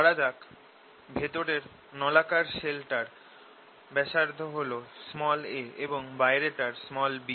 ধরা যাক ভেতরের নলাকার শেল টার ব্যাসার্ধ হল a এবং বাইরেটার b